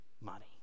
money